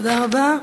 תודה רבה.